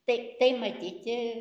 tai tai matyti